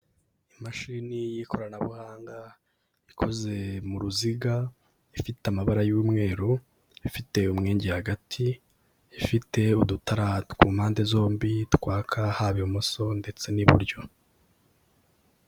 Imashini y'ikoranabuhanga ikoze mu ruziga, ifite amabara y'umweru, ifite umwenge hagati, ifite udutara ku mpande zombi twaka haba ibumoso ndetse n'iburyo.